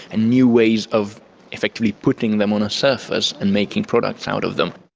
and new ways of effectively putting them on a surface and making products out of them.